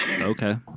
Okay